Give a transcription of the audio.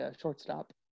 shortstop